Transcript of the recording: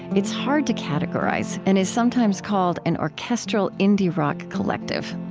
it's hard to categorize and is sometimes called an orchestral indie rock collective.